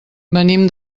venim